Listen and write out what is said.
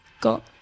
got